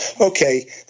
okay